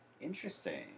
interesting